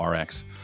RX